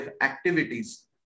activities